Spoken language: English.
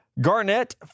Garnett